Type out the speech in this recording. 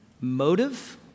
motive